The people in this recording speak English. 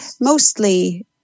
mostly